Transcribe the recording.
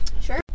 sure